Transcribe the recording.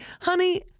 honey